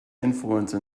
influence